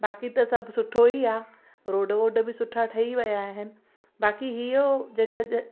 बाक़ी त सभु सुठो ई आहे रोड वोड बि सुठा ठही विया आहिनि बाक़ी इहो जेका